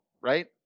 right